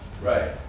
Right